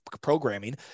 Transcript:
programming